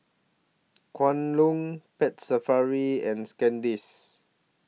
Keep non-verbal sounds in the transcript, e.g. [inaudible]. [noise] Kwan Loong Pet Safari and [unintelligible]